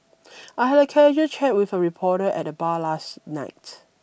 I had a casual chat with a reporter at the bar last night